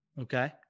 Okay